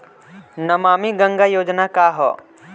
नमामि गंगा योजना का ह?